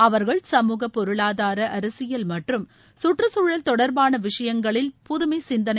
அவர்கள் சமூக பொருளாதார அரசியல் மற்றும் சுற்றுச்சூழல் தொடர்பான விஷயங்களில் புதுமை சிந்தனை